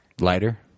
Lighter